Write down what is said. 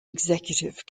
executive